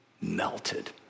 melted